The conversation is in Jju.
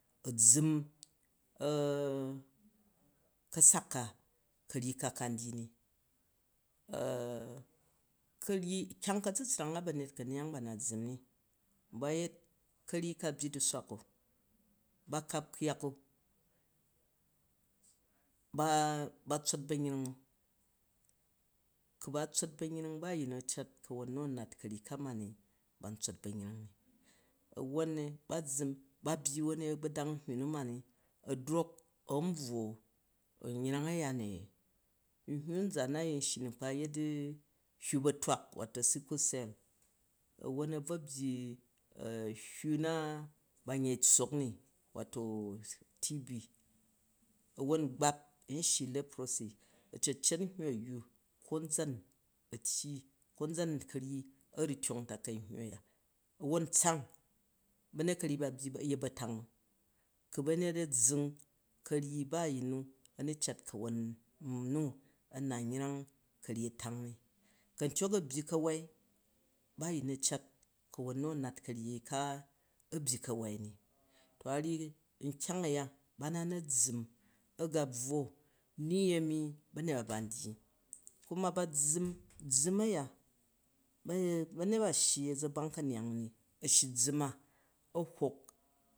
ka̱sak ka ka̱ryi ka ka ndyi ni ka̱ryi kyang ka̱tsutsrang a ba̱myet ka̱neyang ba ba na zzum ni nkpa yel, ka̱ryi ka a̱byyi du̱swak o? Ba kap ku̱yak o? Ba, ba tsot ba̱nyring o? Ku̱ ba tsot ba̱nyring, ba a̱yin nu a̱ cat ka̱won nu a̱ nat kavuyi ka mani ba̱n tsot ba̱nyring ni wuvon ba zzu, ba byi wani a̱gba̱dang nhywu nu mani a̱ drok an bvwo yreng aya ni, nhywu nzaan na yin n shyi ni nkpa yet hywu batwak wato, sickle cell, won a bvo byyi hywu na ba n yei tssok ni wato a̱won gbap wato ceprosy, acceet nhywu a̱ywu konzon a̱tyyi konzan ka̱ryi a̱ zu tyong takai nhywu a̱ya. Won tsang, ba̱nyet ka̱ryi ba yet ba̱tango ku ba̱nyet a̱ zzung karyi ba a̱yin nu a̱ nu cat ka̱won nu a̱ nat yreng ka̱ryit a̱tang ni. A̱ntyok n a̱byi kawai, ba a̱yin nu a̱ cat ka̱won nu a̱ nat ka̱ryi ka a̱ byi ka̱wai ni. To nkyang a̱ ya ba na na̱ zzum a̱ ga bvwo ni ami ba̱nyet ba ban dyi, kuma ba zzum, zzum a̱ ya, ba̱nyet ba a shyi a̱zagbang ka̱neyang u ni a̱ shyi u zzum a ni karyi